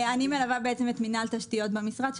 אני מלווה את מנהל תשתיות במשרד,